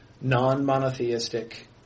non-monotheistic